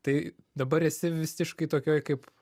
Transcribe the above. tai dabar esi visiškai tokioj kaip